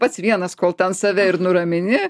pats vienas kol ten save ir nuramini